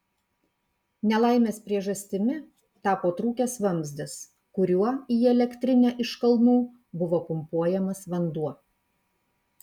nelaimės priežastimi tapo trūkęs vamzdis kuriuo į elektrinę iš kalnų buvo pumpuojamas vanduo